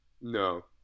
No